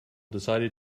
decided